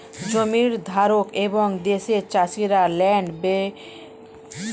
জমির ধারক এবং দেশের চাষিরা ল্যান্ড ডেভেলপমেন্ট ব্যাঙ্ক থেকে পরিষেবা উপভোগ করতে পারেন